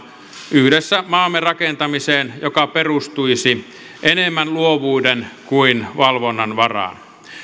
yhdessä maamme rakentamiseen joka perustuisi enemmän luovuuden kuin valvonnan varaan